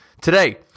Today